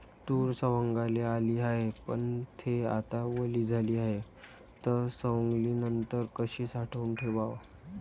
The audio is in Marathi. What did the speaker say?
तूर सवंगाले आली हाये, पन थे आता वली झाली हाये, त सवंगनीनंतर कशी साठवून ठेवाव?